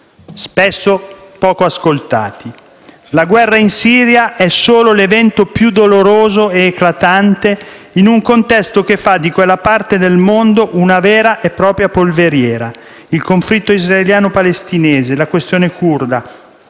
spesso poco ascoltati. La guerra in Siria è solo l'evento più doloroso ed eclatante in un contesto che fa di quella parte del mondo una vera e propria polveriera. Il conflitto israeliano-palestinese, la questione curda,